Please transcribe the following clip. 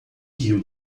rio